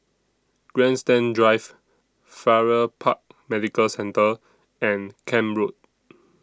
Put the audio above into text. Grandstand Drive Farrer Park Medical Centre and Camp Road